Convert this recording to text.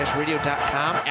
radio.com